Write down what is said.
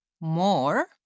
more